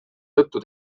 tõttu